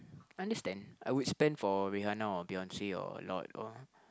I understand I would spend for Rihanna or Beyonce or Lorde or